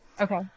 okay